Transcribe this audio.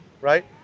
right